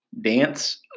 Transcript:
dance